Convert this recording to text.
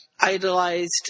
idolized